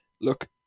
Look